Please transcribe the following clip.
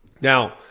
Now